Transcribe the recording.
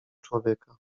człowieka